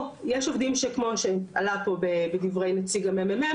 או יש עובדים שכמו שעלה פה בדברי נציג ה-מ.מ.מ.